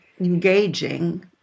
engaging